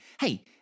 hey